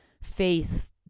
face